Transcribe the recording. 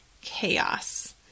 chaos